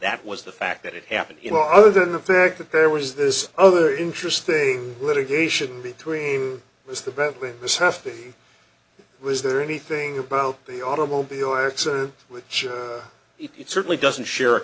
that was the fact that it happened you know other than the fact that there was this other interesting litigation between was the bentley was half the was there anything about the automobile accident which it certainly doesn't share a